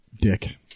Dick